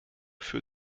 für